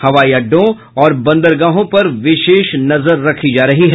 हवाई अड्डों और बंदरगाहों पर विशेष नजर रखी जा रही है